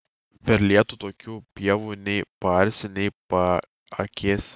per lietų tokių pievų nei paarsi nei paakėsi